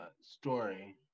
story